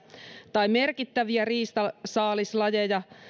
tai merkittäviä riistasaalislajeja